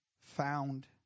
found